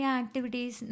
activities